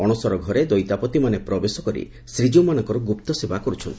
ଅଣସର ଘରେ ଦୈତାପତିମାନେ ପ୍ରବେଶ କରି ଶ୍ରୀଜୀଉମାନଙ୍କର ଗୁପ୍ତ ସେବା କରୁଛନ୍ତି